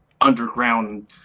underground